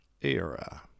era